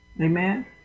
Amen